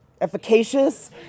efficacious